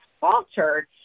faltered